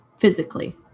physically